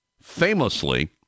famously